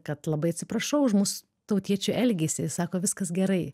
kad labai atsiprašau už mūsų tautiečių elgesį jis sako viskas gerai